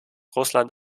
russland